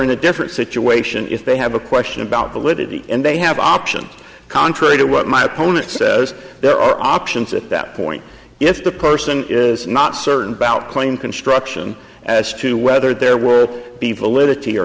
in a different situation if they have a question about the liberty and they have options contrary to what my opponent says there are options at that point if the person is not certain about claim construction as to whether their work be validity or